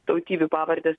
tautybių pavardes